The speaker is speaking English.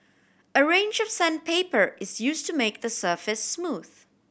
a range of sandpaper is used to make the surface smooth